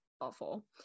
awful